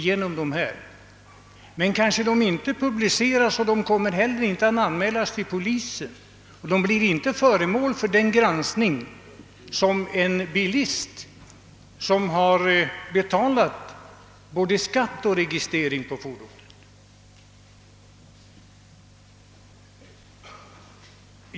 Men de kanske inte publiceras, och de anmäles inte heller till polisen. De blir inte föremål för en sådan granskning som en bil, vars ägare dock har betalat både skatt och registrering på fordonet.